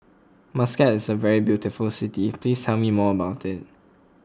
Muscat is a very beautiful city please tell me more about it